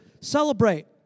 celebrate